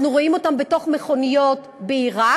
אנחנו רואים אותם בתוך מכוניות בעיראק,